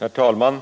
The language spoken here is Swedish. Herr talman!